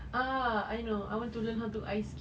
ah I know I want to learn how to ice skate